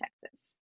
Texas